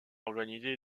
organisé